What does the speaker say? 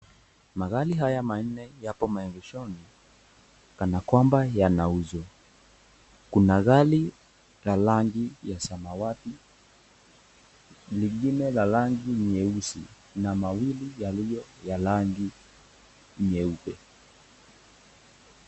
Magari haya manne yapo maegeshoni kana kwamba yanauzwa. Kuna gari la rangi ya samawati, lingine la rangi nyeusi na mawingu yaliyo ya rangi nyeupe.